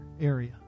area